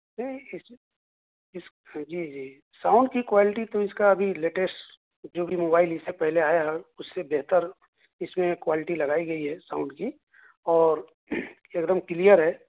نہیں اس اس جی جی ساؤنڈ کی کوالٹی تو اس کا ابھی لیٹسٹ جو بھی موبائل اس سے پہلے آیا ہے اس سے بہتر اس میں کوالٹی لگائی گئی ہے ساؤنڈ کی اور ایک دم کلیئر ہے